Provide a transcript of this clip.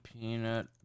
peanut